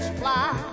fly